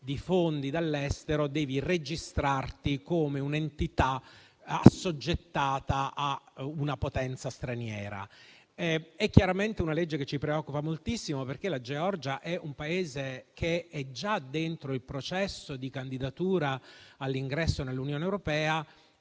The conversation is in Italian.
di fondi dall'estero, devi registrarti come un'entità assoggettata a una potenza straniera. È chiaramente una legge che ci preoccupa moltissimo perché la Georgia è un Paese che ha già avviato il processo di candidatura all'ingresso nell'Unione europea